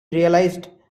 realized